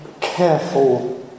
careful